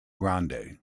grande